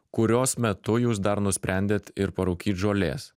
kurios metu jūs dar nusprendėt ir parūkyt žolės